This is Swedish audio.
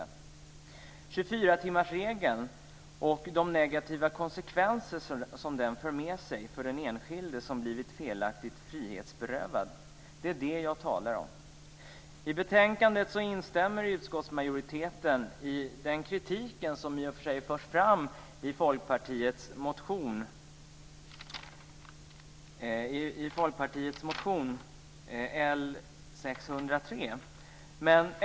Jag talar alltså om 24-timmarsregeln och de negativa konsekvenser som den för med sig för en enskild som blivit felaktigt frihetsberövad. Utskottsmajoriteten instämmer i den kritik som förs fram i Folkpartiets motion L603.